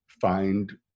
find